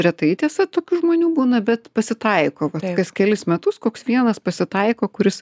retai tiesa tokių žmonių būna bet pasitaiko kas kelis metus koks vienas pasitaiko kuris